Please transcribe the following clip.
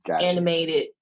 Animated